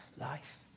life